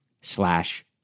slash